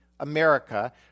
America